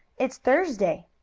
it's thursday.